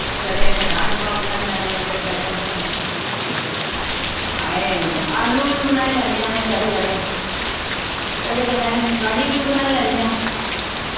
कदें असें राजमाह् बनाई लैने कदें अस आलू बी बनाई लैन्ने अस कदें कदें कदें कदें अस कढ़ी बी बनाई लैन्ने आं